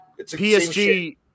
PSG